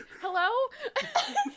hello